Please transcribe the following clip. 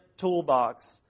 toolbox